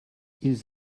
ils